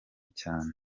cyane